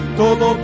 todo